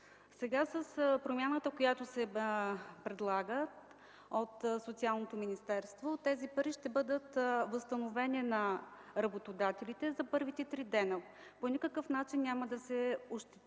Сега с промяната, която се предлага от Социалното министерство, тези пари ще бъдат възстановени на работодателите за първите три дни. По никакъв начин няма да се ощети